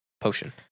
potion